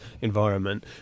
environment